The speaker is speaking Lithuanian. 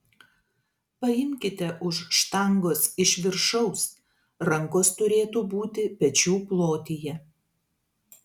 paimkite už štangos iš viršaus rankos turėtų būti pečių plotyje